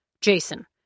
Jason